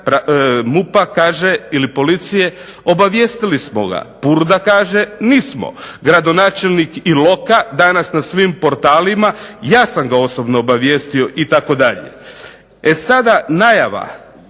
MUP-a kaže ili policije obavijestili smo ga. Purda kaže nismo. Gradonačelnik Iloka danas na svim portalima, ja sam ga osobno obavijestio itd. E sada najava